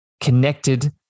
connected